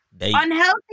Unhealthy